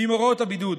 ועם הוראות הבידוד.